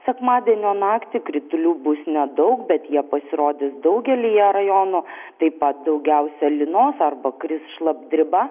sekmadienio naktį kritulių bus nedaug bet jie pasirodys daugelyje rajonų taip pat daugiausia lynos arba kris šlapdriba